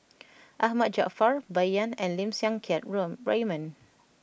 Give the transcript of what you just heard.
Ahmad Jaafar Bai Yan and Lim Siang Keat Raymond